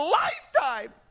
lifetime